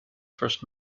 first